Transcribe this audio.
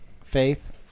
faith